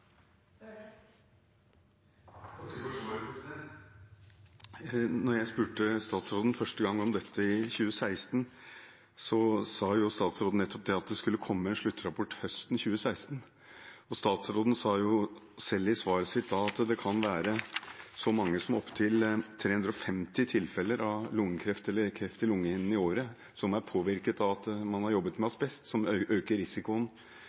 jeg spurte statsråden første gang om dette, i 2016, sa jo statsråden nettopp at det skulle komme en sluttrapport høsten 2016. Statsråden sa selv i svaret sitt da at det kan være så mange som opp til 350 tilfeller av lungekreft eller kreft i lungehinnene i året som er påvirket av at man har jobbet med asbest, som øker risikoen